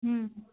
ও